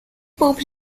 pope